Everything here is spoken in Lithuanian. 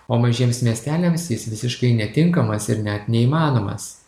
o mažiems miesteliams jis visiškai netinkamas ir net neįmanomas